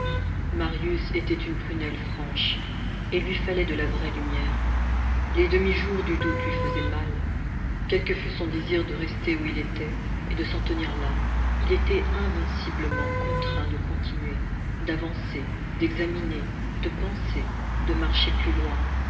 marius était une prunelle franche et il lui fallait de la vraie lumière les demi jours du doute lui faisaient mal quel que fût son désir de rester où il était et de s'en tenir là il était invinciblement contraint de continuer d'avancer d'examiner de penser de marcher plus loin